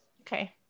Okay